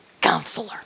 Counselor